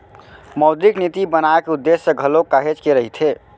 मौद्रिक नीति बनाए के उद्देश्य घलोक काहेच के रहिथे